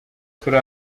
turi